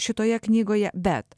šitoje knygoje bet